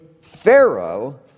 Pharaoh